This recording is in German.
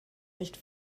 nicht